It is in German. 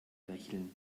lächeln